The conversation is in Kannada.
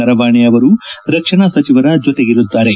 ನರವಾಣೆ ಅವರು ರಕ್ಷಣಾ ಸಚಿವರ ಜೊತೆಗಿರುತ್ತಾರೆ